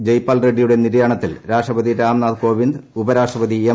ജയ്പാൽ റെഡ്നിയുടെ നിര്യാണത്തിൽ രാഷ്ട്രപതി രാംനാഥ് കോവിന്ദ് ഉപരാഷ്ട്രപതി എം